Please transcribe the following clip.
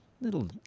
little